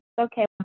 okay